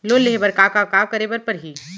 Loan लेहे बर का का का करे बर परहि?